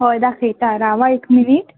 हय दाखयता राव हां एक मिनीट